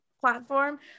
platform